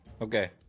Okay